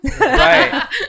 Right